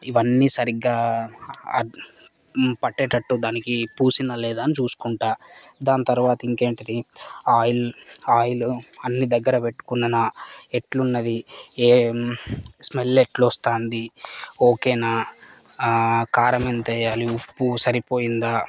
ఇవన్నీ సరిగ్గా పట్టేటట్టు దానికి పూసాన లేదా అని చూసుకుంటాను దాని తర్వాత ఇంకేంటిది ఆయిల్ ఆయిలు అన్ని దగ్గర పెట్టుకున్నాన ఎట్లున్నది ఏం స్మెల్ ఎట్లా వస్తుంది ఓకేనా కారం ఎంత వెయ్యాలి ఉప్పు సరిపోయిందా